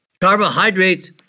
Carbohydrates